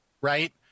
right